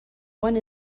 one